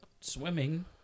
swimming